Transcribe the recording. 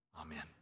Amen